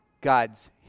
God's